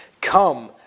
Come